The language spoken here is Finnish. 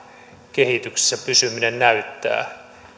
kehityksessä pysyminen näyttää